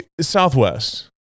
Southwest